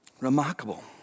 remarkable